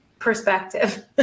perspective